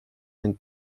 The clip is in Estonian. end